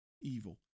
evil